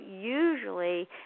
usually